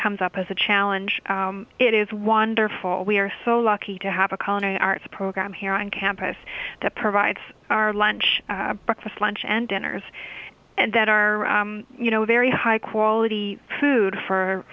comes up as a challenge it is wonderful we are so lucky to have a colony arts program here on campus that provides our lunch breakfast lunch and dinners and that are you know very high quality food for